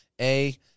A-